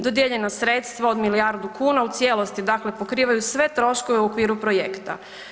Dodijeljena sredstva od milijardu kuna u cijelosti pokrivaju sve troškove u okviru projekta.